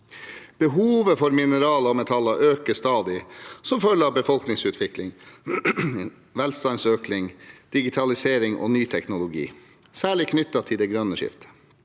Behovet for mineraler og metaller øker stadig som følge av befolkningsutvikling, velstandsøkning, digitalisering og ny teknologi, særlig knyttet til det grønne skiftet.